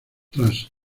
tras